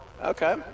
Okay